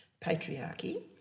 patriarchy